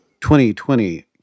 2020